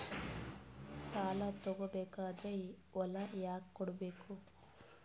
ಸಾಲ ತಗೋ ಬೇಕಾದ್ರೆ ಹೊಲ ಯಾಕ ಕೊಡಬೇಕು?